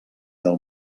del